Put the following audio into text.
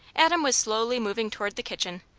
adam was slowly moving toward the kitchen,